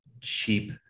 cheap